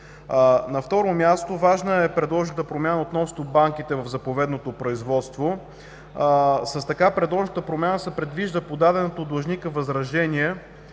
На трето място, важна е предложената промяна относно банките в заповедното производство. С така предложената промяна се предвижда подаденото от длъжника възражение